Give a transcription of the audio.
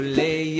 lay